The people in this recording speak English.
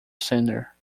centre